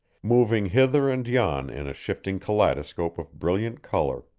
moving hither and yon in a shifting kaleidoscope of brilliant color.